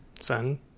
son